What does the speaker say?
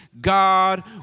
God